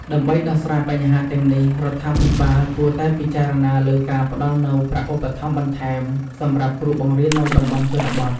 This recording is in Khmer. ដើម្បីដោះស្រាយបញ្ហាទាំងនេះ រដ្ឋាភិបាលគួរតែពិចារណាលើការផ្តល់នូវ ប្រាក់ឧបត្ថម្ភបន្ថែម សម្រាប់គ្រូបង្រៀននៅតំបន់ជនបទ។